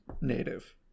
native